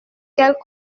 quelles